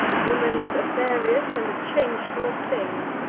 woman's a various and a changeful thing.